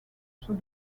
saut